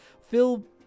Phil